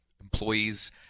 employees